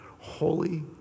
holy